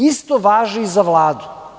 Isto važi i za Vladu.